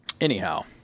anyhow